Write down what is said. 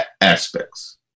aspects